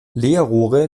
leerrohre